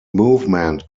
movement